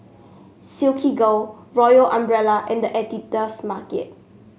Silkygirl Royal Umbrella and The Editor's Market